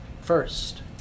first